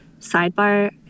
sidebar